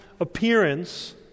appearance